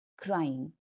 crying